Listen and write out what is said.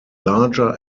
larger